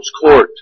court